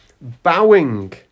bowing